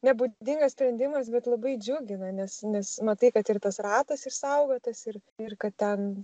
nebūdingas sprendimas bet labai džiugina nes nes matai kad ir tas ratas išsaugotas ir ir kad ten